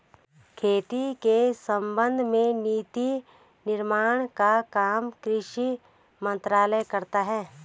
खेती के संबंध में नीति निर्माण का काम कृषि मंत्रालय करता है